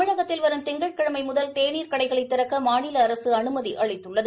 தமிழகத்தில் வரும் திங்கட்கிழமை முதல் தேநீர் கடைகளை திறக்க மாநில அரசு அனுமதி அளித்துள்ளது